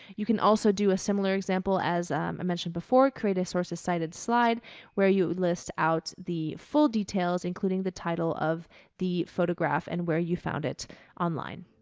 you can also do a similar example as i mentioned before, create a sources cited slide where you list out the full details including the title of the photograph and where you found it online.